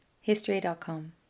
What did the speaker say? history.com